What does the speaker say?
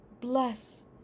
bless